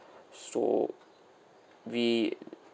so we